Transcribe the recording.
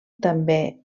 també